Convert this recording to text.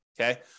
Okay